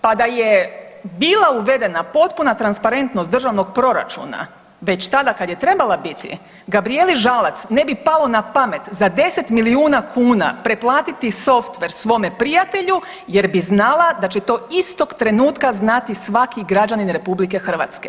Pa da je bila uvedena potpuna transparentnost državnog proračuna već tada kad je trebala biti, Gabrijeli Žalac ne bi palo na pamet za 10 milijuna kuna preplatiti softver svome prijatelju jer bi znala da će to istog trenutka znati svaki građanin RH.